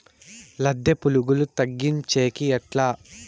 లద్దె పులుగులు తగ్గించేకి ఎట్లా?